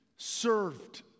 served